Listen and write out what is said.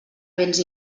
béns